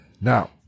Now